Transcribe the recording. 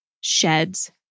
sheds